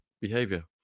behavior